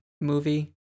movie